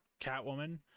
Catwoman